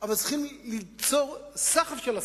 אבל צריכים ליצור סחף של הסכמה.